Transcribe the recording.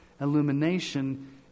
illumination